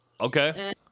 Okay